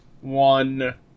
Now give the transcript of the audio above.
one